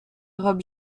robe